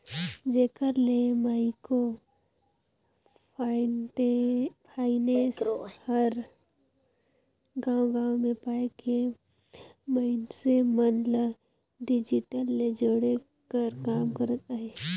जेकर ले micro finance हर गाँव गाँव में जाए के मइनसे मन ल डिजिटल ले जोड़े कर काम करत अहे